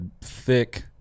thick